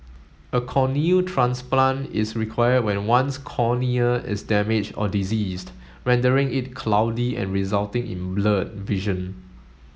a corneal transplant is required when one's cornea is damaged or diseased rendering it cloudy and resulting in blurred vision